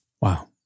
Wow